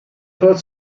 code